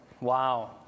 Wow